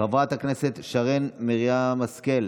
חברת הכנסת שרן מרים השכל,